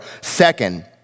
Second